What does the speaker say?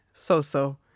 So-so